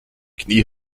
knie